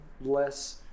less